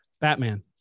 Batman